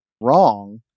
wrong